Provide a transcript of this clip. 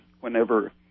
whenever